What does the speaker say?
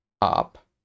up